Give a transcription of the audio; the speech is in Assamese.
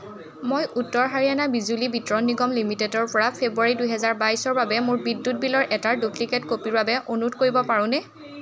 মই উত্তৰ হাৰিয়ানা বিজুলী বিতৰণ নিগম লিমিটেডৰ পৰা ফেব্ৰুৱাৰী দুহেজাৰ বাইছৰ বাবে মোৰ বিদ্যুৎ বিলৰ এটা ডুপ্লিকেট কপিৰ বাবে অনুৰোধ কৰিব পাৰোঁনে